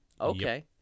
Okay